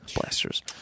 Blasters